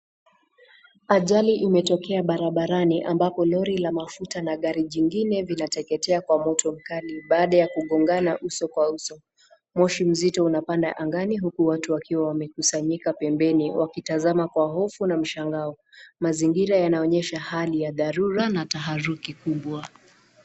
Ajali imetokea barabarani, ambapo lori la mafuta na gari jingine linateketea kwa moto mkali, baada ya kugongana uso kwa uso. Moshi mzito unapanda angani huku watu wakiwa wamekusanyika pembeni, wakitazama kwa hofu na mshangao. Mzingira yanaonyesha hali ya dharura na taharuki kubwa.